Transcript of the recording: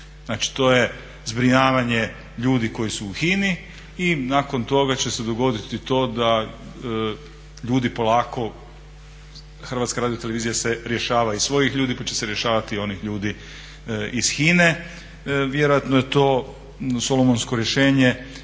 Znači, to je zbrinjavanje ljudi koji su u HINA-i i nakon toga će se dogoditi to da ljudi polako, HRT se rješava i svojih ljudi pa će se rješavati i onih ljudi iz HINA-e. Vjerojatno je to solomonsko rješenje